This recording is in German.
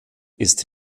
ist